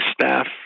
staff